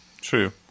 true